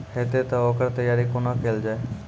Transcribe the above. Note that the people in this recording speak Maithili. हेतै तअ ओकर तैयारी कुना केल जाय?